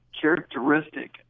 characteristic